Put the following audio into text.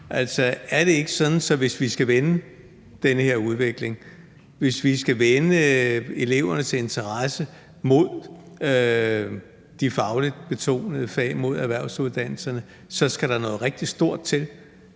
Er det ikke sådan, at hvis vi skal vende den her udvikling, hvis vi skal vende elevernes interesse mod de fagligt betonede fag, mod erhvervsuddannelserne, så skal der noget rigtig stort til,